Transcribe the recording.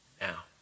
now